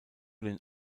den